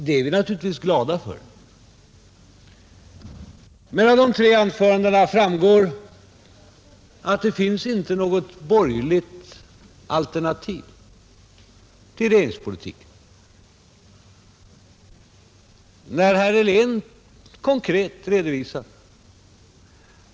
Det är vi naturligtvis glada för, men av de tre anförandena framgår samtidigt att det inte finns något borgerligt alternativ till regeringspolitiken.